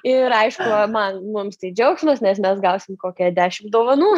ir aišku man mums tai džiaugsmas nes mes gausim kokią dešim dovanų